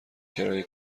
کرایه